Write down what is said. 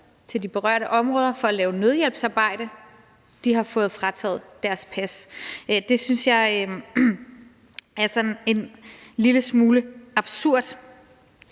til de berørte områder for at lave nødhjælpsarbejde, har fået frataget deres pas. Det synes jeg er en lille smule absurd.